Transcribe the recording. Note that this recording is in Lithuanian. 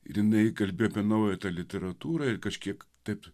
ir jinai kalbėjo apie naują tą literatūrą ir kažkiek taip